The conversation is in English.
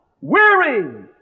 weary